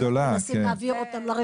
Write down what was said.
שבגללה אנחנו מנסים להעביר אותם לרווחה.